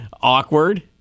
Awkward